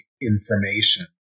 information